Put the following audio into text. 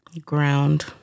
Ground